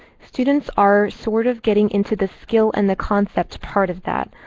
students are sort of getting into the skill and the concept part of that.